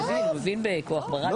נמצא.